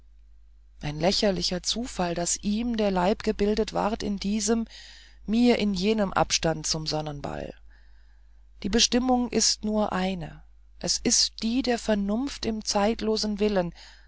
ein lächerlicher zufall daß ihm der leib gebildet ward in diesem mir in jenem abstand vom sonnenball die bestimmung ist nur eine es ist die der vernunft im zeitlosen willen